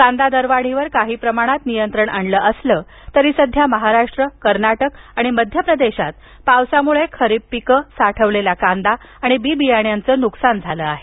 कांदा दरवाढीवर काही प्रमाणात नियंत्रण आणलं असलं तरी सध्या महाराष्ट्र कर्नाटक आणि मध्य प्रदेशात पावसामुळं खरीप पिकं साठवलेला कांदा आणि बी बियाणांचं नुकसान झालं आहे